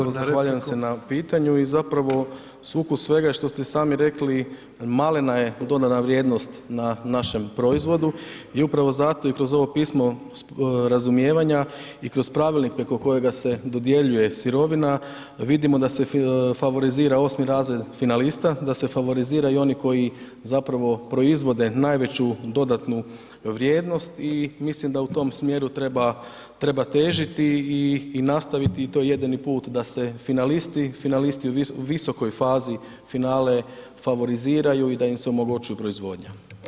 Kolega Maras, zahvaljujem se na pitanju i zapravo sukus svega je što ste i sami rekli, malena je dodana vrijednost na našem proizvodu i upravo zato i kroz ovo pismo razumijevanja i kroz pravilnik preko kojega se dodjeljuje sirovina vidimo da se favorizira 8.r. finalista, da se favorizira i oni koji zapravo proizvode najveću dodatnu vrijednost i mislim da u tom smjeru treba, treba težiti i, i nastaviti i to je jedini put da se finalisti, finalisti u visokoj fazi finale favoriziraju i da im se omogućuje proizvodnja.